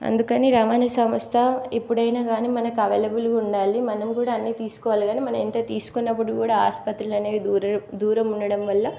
అందుకని రవాణా సంస్థ ఎప్పుడైనా కానీ మనకు అవైలబుల్గా ఉండాలి మనం కూడా అన్నీ తీసుకోవాలి కానీ మనం ఎంతా తీసుకున్నప్పటికి కూడా ఆసుపత్రులు అనేవి దూరం దూరం ఉండడం వల్ల